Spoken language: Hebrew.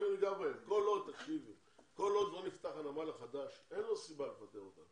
כל עוד לא נפתח הנמל החדש אין לו סיבה לפטר אותם